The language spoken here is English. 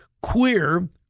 queer